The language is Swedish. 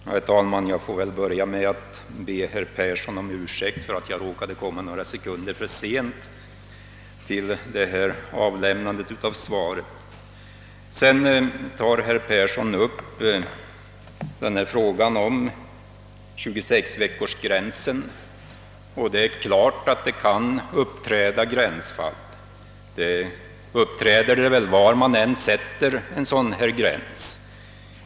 Herr talman! Jag får väl börja med att be herr Persson i Heden om ursäkt för att jag råkade komma några sekunder för sent till avlämnandet av svaret. Herr Persson tar upp frågan om 26 veckorsgränsen. Det är klart att det kan uppträda gränsfall — så blir det väl var man än sätter en dylik gräns.